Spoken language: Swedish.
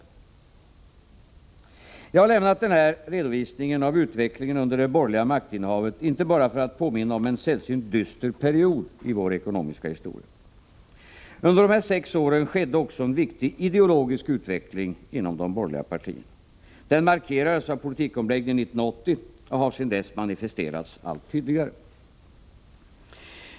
Jag har lämnat denna redovisning av utvecklingen under det borgerliga maktinnehavet, inte bara för att påminna om en sällsynt dyster period i vår ekonomiska historia. Under dessa sex år skedde också en viktig ideologisk utveckling inom de borgerliga partierna. Den markerades av politikomläggningen 1980 och har sedan dess manifesterats allt tydligare.